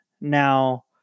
Now